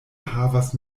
havas